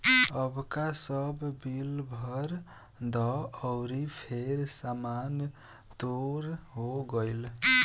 अबका बस बिल भर द अउरी फेर सामान तोर हो जाइ